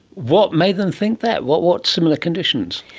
what made them think that? what what similar conditions?